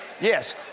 Yes